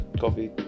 coffee